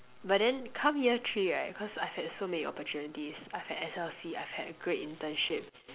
but then come year three right cause I've had so many opportunities I've had S_L_C I've had a great internship